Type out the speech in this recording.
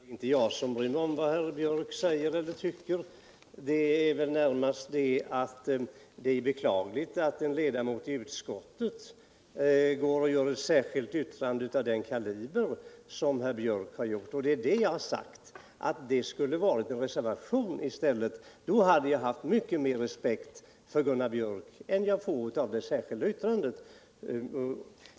Herr talman! Det är inte jag som bryr mig om vad Gunnar Biörck säger eller tycker, men det är väl närmast beklagligt att en ledamot i utskottet skriver ett särskilt yttrande av den kaliber som herr Biörck har gjort. Vad jag sagt är att det borde ha varit en reservation i stället. Då hade jag haft mycket mer respekt för Gunnar Biörck än jag får av det särskilda yttrandet.